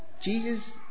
Jesus